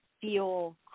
feel